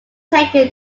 taken